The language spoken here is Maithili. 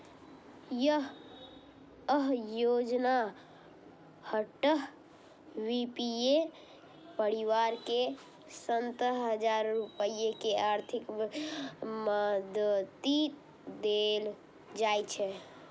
अय योजनाक तहत बी.पी.एल परिवार कें सत्तर हजार रुपैया के आर्थिक मदति देल जाइ छै